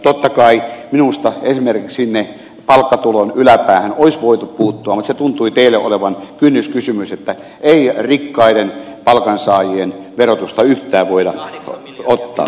totta kai minusta esimerkiksi palkkatulon yläpäähän olisi voitu puuttua mutta se tuntui teille olevan kynnyskysymys että ei rikkaiden palkansaajien verotuksesta yhtään voida ottaa rahaa